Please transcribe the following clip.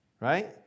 right